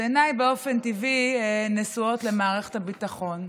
עיניי באופן טבעי נשואות למערכת הביטחון.